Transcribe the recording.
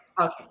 Okay